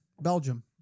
Belgium